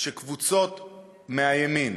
שקבוצות מהימין,